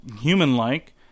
human-like